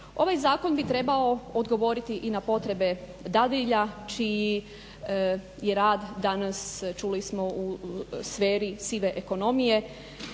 Ovaj zakon bi trebao odgovoriti i na potrebe dadilja čiji je rad danas čuli smo u sferi sive ekonomije